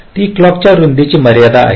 ती क्लॉक च्या रुंदीची मर्यादा आहे